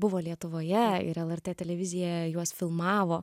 buvo lietuvoje ir lrt televizija juos filmavo